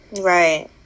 right